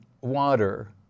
water